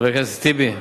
חבר הכנסת טיבי,